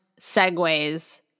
segues